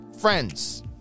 Friends